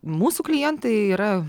mūsų klientai yra